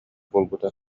буолбута